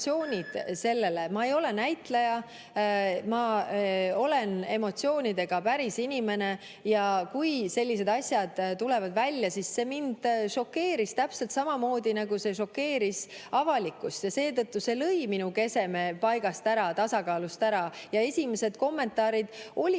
sellele. Ma ei ole näitleja. Ma olen emotsioonidega päris inimene. Ja kui sellised asjad tulevad välja, siis see mind šokeeris täpselt samamoodi, nagu see šokeeris avalikkust. See lõi minu keskme paigast ära, tasakaalust välja ja esimesed kommentaarid olidki